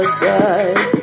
side